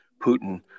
Putin